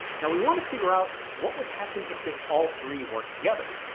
now we want to figure out. what would happen if they all three work together?